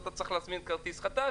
אתה צריך להזמין כרטיס חדש,